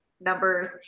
numbers